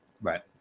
Right